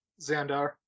Xandar